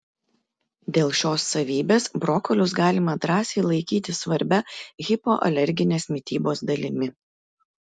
dėl šios savybės brokolius galima drąsiai laikyti svarbia hipoalerginės mitybos dalimi